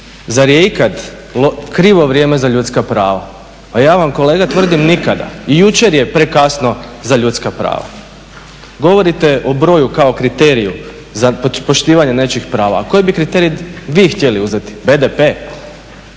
zar je ikad krivo vrijeme za ljudska prava? Ja vam kolega tvrdim nikada. I jučer je prekasno za ljudska prava. Govorite o broju kao kriteriju za poštivanje nečijih prava, a koji bi kriterij vi htjeli uzeti? BDP?